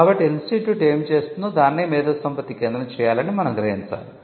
కాబట్టి ఇన్స్టిట్యూట్ ఏమి చేస్తుందో దాన్నే మేధోసంపత్తి కేంద్రం చేయాలని మనం గ్రహించాలి